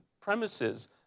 premises